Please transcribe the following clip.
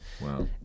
wow